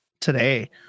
Today